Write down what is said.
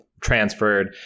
transferred